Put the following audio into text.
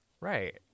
Right